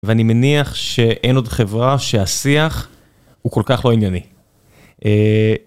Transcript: ואני מניח שאין עוד חברה שהשיח הוא כל כך לא ענייני.